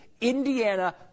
Indiana